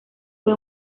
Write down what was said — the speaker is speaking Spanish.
fue